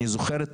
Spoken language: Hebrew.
אני זוכר את